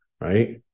right